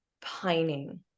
pining